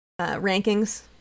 rankings